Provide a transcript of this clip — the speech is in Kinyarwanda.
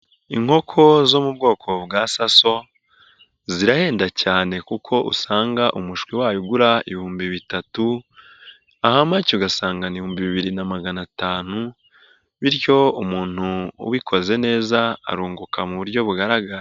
Inkoko zo mu bwoko bwa saso zirahenda cyane kuko usanga umushwi wayo ugura ibihumbi bitatu, aha make ugasanga ibihumbi bibiri na magana atanu, bityo umuntu ubikoze neza arunguka mu buryo bugaragara.